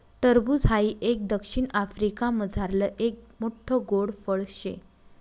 टरबूज हाई एक दक्षिण आफ्रिकामझारलं एक मोठ्ठ गोड फळ शे